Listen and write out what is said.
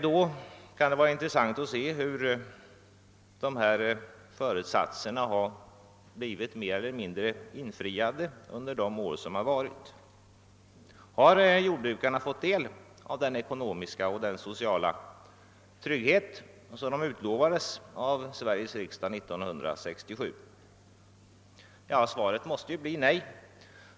Då kan vara intressant att se i vilken mån dessa föresatser blivit infriade under de år som gått. Har jordbrukarna fått del av den ekonomiska och sociala trygghet som de utlovades av Sveriges riksdag 1967? Svaret måste bli nej.